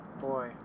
boy